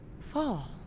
fall